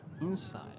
inside